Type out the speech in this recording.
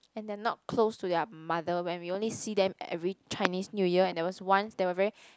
and they are not close to their mother when we only see them every Chinese New Year and there was once they were very